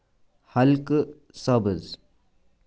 ہلکہٕ سبز